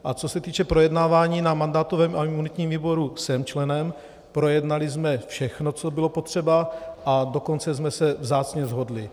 A co se týče projednávání na mandátovém a imunitním výboru, jsem členem, projednali jsme všechno, co bylo potřeba, a dokonce jsme se vzácně shodli.